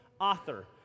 author